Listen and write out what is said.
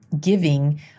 giving